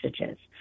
messages